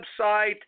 website